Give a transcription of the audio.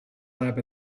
lab